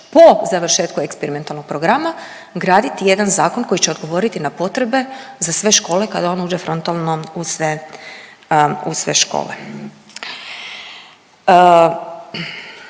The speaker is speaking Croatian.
po završetku eksperimentalnog programa, graditi jedan zakon koji će odgovoriti na potrebe za sve škole kad uđe frontalno u sve škole.